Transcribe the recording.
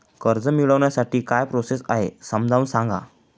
कर्ज मिळविण्यासाठी काय प्रोसेस आहे समजावून सांगा